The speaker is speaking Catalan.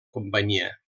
companyia